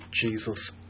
Jesus